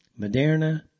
Moderna